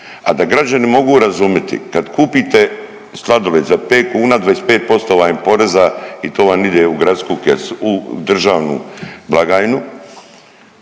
A da građani mogu razumjeti, kad kupite sladoled za pet kuna 25% vam je poreza i to vam ide u gradsku kesu u državnu blagajnu,